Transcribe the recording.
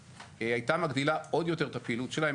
הייתה מגדילה עוד יותר את הפעילות שלה.